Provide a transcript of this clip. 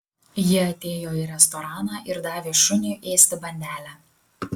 ji atėjo į restoraną ir davė šuniui ėsti bandelę